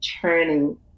turning